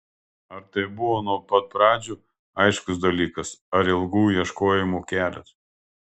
ar tai buvo nuo pat pradžių aiškus dalykas ar ilgų ieškojimų kelias